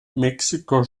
mexiko